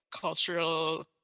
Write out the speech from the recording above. cultural